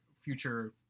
future